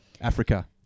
Africa